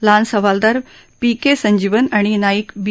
lance havildar पीक संजीवन आणि नाईक बी